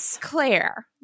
Claire